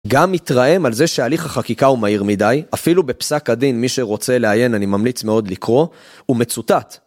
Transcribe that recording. גם יתרעם על זה שההליך החקיקה הוא מהיר מדי, אפילו בפסק הדין, מי שרוצה לעיין אני ממליץ מאוד לקרוא, הוא מצוטט.